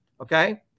okay